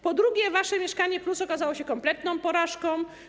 Po drugie, wasze „Mieszkanie+” okazało się kompletną porażką.